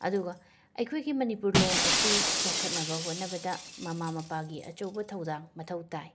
ꯑꯗꯨꯒ ꯑꯩꯈꯣꯏꯒꯤ ꯃꯅꯤꯄꯨꯔ ꯂꯣꯟ ꯑꯁꯤ ꯆꯥꯎꯈꯠꯅꯕ ꯍꯣꯠꯅꯕꯗ ꯃꯃꯥ ꯃꯄꯥꯒꯤ ꯑꯆꯧꯕ ꯊꯧꯗꯥꯡ ꯃꯊꯧ ꯇꯥꯏ